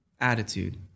attitude